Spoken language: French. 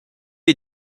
est